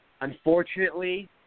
unfortunately